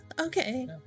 Okay